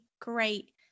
great